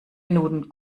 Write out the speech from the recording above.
minuten